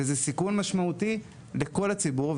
וזה סיכון משמעותי לכל הציבור,